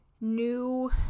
New